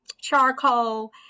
charcoal